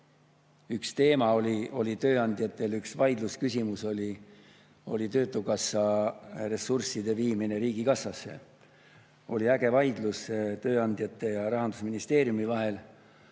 üks teema, üks vaidlusküsimus töötukassa ressursside viimine riigikassasse. Oli äge vaidlus tööandjate ja Rahandusministeeriumi vahel,